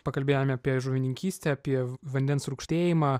pakalbėjome apie žuvininkystę apie vandens rūgštėjimą